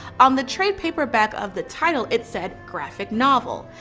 on the trade paperback of the title it said graphic novel.